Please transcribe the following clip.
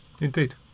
Indeed